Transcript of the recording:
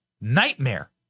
nightmare